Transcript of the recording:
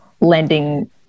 lending